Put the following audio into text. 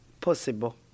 possible